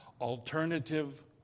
Alternative